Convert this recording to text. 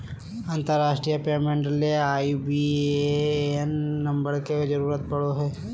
अंतरराष्ट्रीय पेमेंट ले IBAN number के जरूरत पड़ो हय